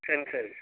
சரிங்க சார்